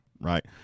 right